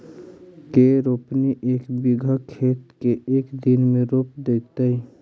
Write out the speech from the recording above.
के रोपनी एक बिघा खेत के एक दिन में रोप देतै?